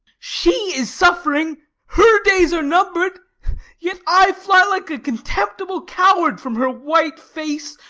she is suffering her days are numbered yet i fly like a contemptible coward from her white face,